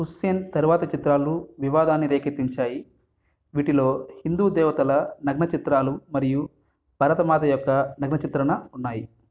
హుస్సేన్ తరువాతి చిత్రాలు వివాదాన్ని రేకెత్తించాయి వీటిలో హిందూ దేవతల నగ్న చిత్రాలు మరియు భరతమాత యొక్క నగ్న చిత్రణ ఉన్నాయి